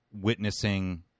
witnessing